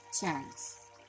chance